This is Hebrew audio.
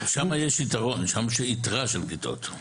שמה יש יתרון שם יש יתרה של כיתות.